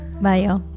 Bye